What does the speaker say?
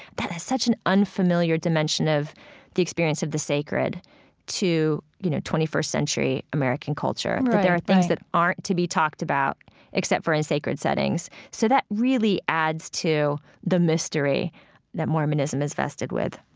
that is such an unfamiliar dimension of the experience of the sacred to, you know, twenty first century american culture, that there are things that aren't to be talked about except for in sacred settings. so that really adds to the mystery that mormonism is vested with